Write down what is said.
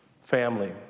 family